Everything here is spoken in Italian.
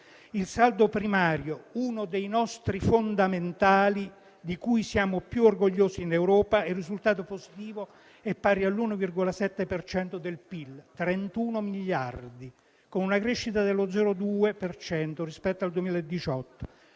Il saldo primario, uno dei nostri fondamentali di cui siamo più orgogliosi in Europa, è risultato positivo ed è pari all'1,7 per cento del PIL (31 miliardi di euro), con una crescita dello 0,2 per cento rispetto al 2018.